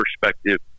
perspective